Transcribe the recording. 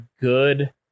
good